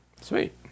Sweet